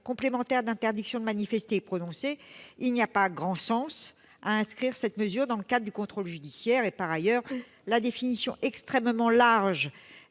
complémentaire d'interdiction de manifester est prononcée, il n'y a pas grand sens à inscrire cette mesure dans le cadre du contrôle judiciaire. Enfin, la définition extrêmement large